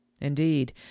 indeed